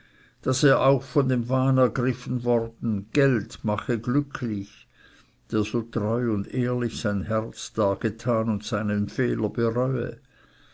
daß er auch von dem wahn ergriffen worden das geld mache glücklich der so treu und ehrlich sein herz dargetan und seinen fehler bereute